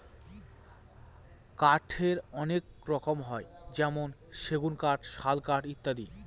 কাঠের অনেক রকম হয় যেমন সেগুন কাঠ, শাল কাঠ ইত্যাদি